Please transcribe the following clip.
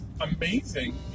amazing